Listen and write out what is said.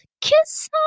kiss